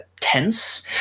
tense